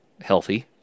healthy